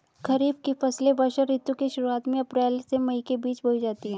खरीफ की फसलें वर्षा ऋतु की शुरुआत में अप्रैल से मई के बीच बोई जाती हैं